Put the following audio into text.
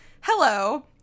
hello